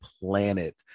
planet